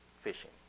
fishing